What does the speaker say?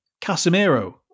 Casemiro